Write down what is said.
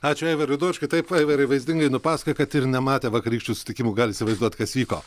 ačiū aivarui dočkui taip aivarai vaizdingai nupasakojai kad ir nematę vakarykščių susitikimų gali įsivaizduot kas vyko